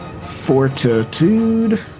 Fortitude